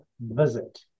visit